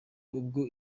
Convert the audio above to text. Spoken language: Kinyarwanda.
ubwo